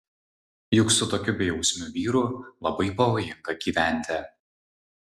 juk su tokiu bejausmiu vyru labai pavojinga gyventi